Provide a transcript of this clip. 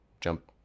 jump